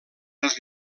les